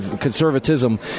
Conservatism